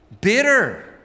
bitter